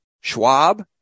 Schwab